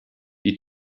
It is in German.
die